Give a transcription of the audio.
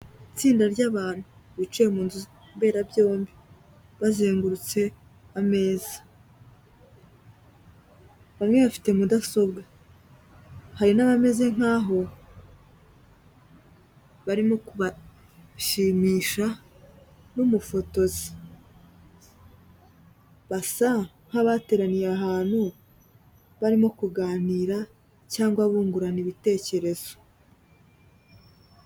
Itsinda ry'abantu bicaye mu nzu mberabyombi bazengurutse ameza. Bamwe bafite mudasobwa, hari n'abameze nkaho barimo kubashimisha n'umufotozi, basa nk'abateraniye ahantu barimo kuganira cyangwa bungurana ibitekerezo.